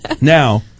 Now